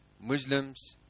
Muslims